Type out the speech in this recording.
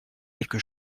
quelque